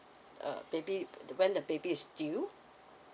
uh maybe when the baby is due